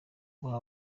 guha